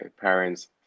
parents